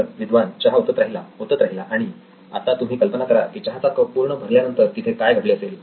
तर विद्वान चहा ओतत राहिला ओतत राहिला आणि आता तुम्ही कल्पना करा की चहाचा कप पूर्ण भरल्यानंतर तिथे काय घडले असेल